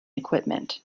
equipment